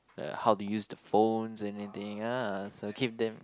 like how to use the phones anything ah so keep them